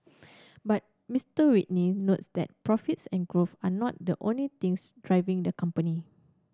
but Mister Whitney notes that profits and growth are not the only things driving the company